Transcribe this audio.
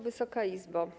Wysoka Izbo!